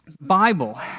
Bible